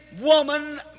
woman